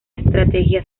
estrategia